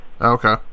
Okay